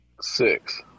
Six